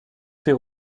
ses